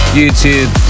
youtube